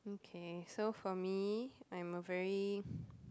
okay so for me I'm a very